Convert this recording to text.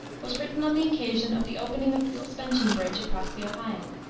was written on the occasion of the opening of the suspension bridge across the ohio.